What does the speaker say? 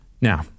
Now